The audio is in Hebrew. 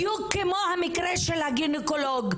בדיוק כמו המקרה של הגניקולוג,